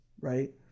right